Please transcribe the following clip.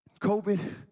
COVID